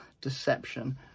deception